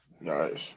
Nice